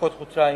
לחכות חודשיים